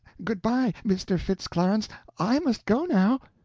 good-by, mr. fitz clarence i must go now!